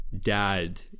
dad